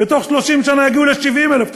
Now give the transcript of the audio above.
בתוך 30 שנה יגיעו ל-70,000 תושבים.